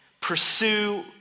pursue